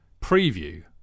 preview